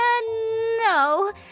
No